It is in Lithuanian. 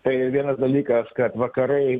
tai yra vienas dalykas kad vakarai